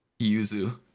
Yuzu